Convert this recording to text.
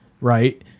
right